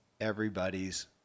everybody's